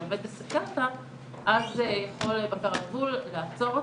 אז יכול בקר הגבול לעצור אותו,